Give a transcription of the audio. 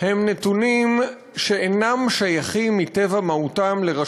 בוא נראה שכולם מגיעים לפו"ם לפני שאנחנו מגיעים למכללה.